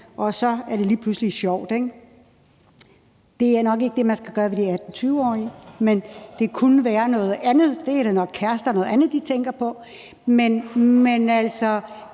og så er det lige pludselig sjovt. Det er nok ikke det, man skal gøre ved de 18-20-årige – der er det nok kærester og noget andet, de tænker på – men det